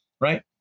right